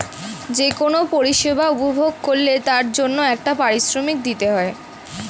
যে কোন পরিষেবা উপভোগ করলে তার জন্যে একটা পারিশ্রমিক দিতে হয়